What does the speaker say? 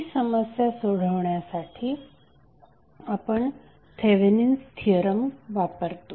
ही समस्या सोडवण्यासाठी आपण थेवेनिन्स थिअरम वापरतो